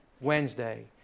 Wednesday